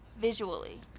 Visually